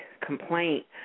complaint